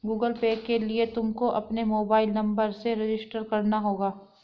Google Pay के लिए तुमको अपने मोबाईल नंबर से रजिस्टर करना होगा